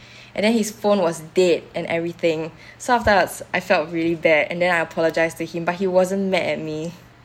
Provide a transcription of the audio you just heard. and then his phone was dead and everything so afterwards I felt really bad and then I apologise to him but he wasn't mad at me